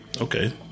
Okay